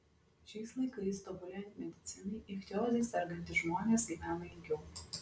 šiais laikais tobulėjant medicinai ichtioze sergantys žmonės gyvena ilgiau